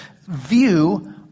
view